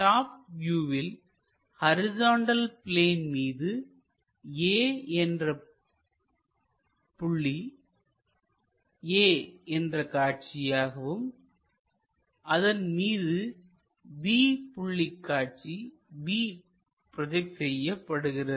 top வியூவில் horizontal plane மீது A புள்ளி a என்ற காட்சியாகவும் அதன்மீது B புள்ளிகாட்சி b ப்ரோஜெக்ட் செய்யப்படுகிறது